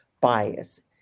bias